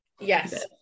Yes